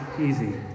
easy